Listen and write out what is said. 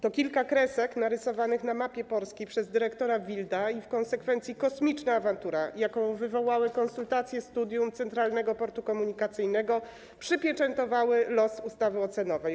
To kilka kresek narysowanych na mapie Polski przez dyrektora Wilda i w konsekwencji kosmiczna awantura, jaką wywołały konsultacje studium Centralnego Portu Komunikacyjnego, przypieczętowały los ustawy ocenowej.